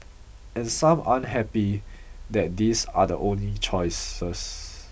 and some aren't happy that these are the only choices